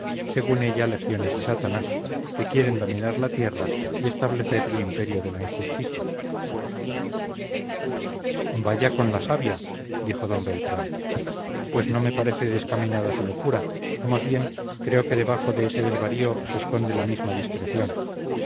según ella legiones de satanás que quieren dominar la tierra y establecer el imperio de la injusticia vaya con la sabia dijo d beltrán pues no me parece descaminada su locura o más bien creo que debajo de ese desvarío se esconde la misma discreción